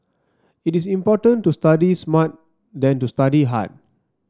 it is important to study smart than to study hard